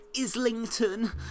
Islington